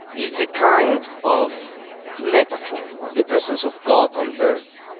it's a kind of metaphor of the presence of god on earth,